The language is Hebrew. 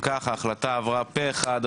הצבעה אושר אם כך ההחלטה עברה פה אחד,